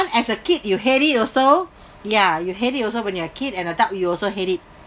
as a kid you hate it also ya you hate it also when you're a kid and adult we also hate it